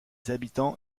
habitants